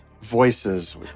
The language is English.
voices